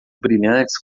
brilhantes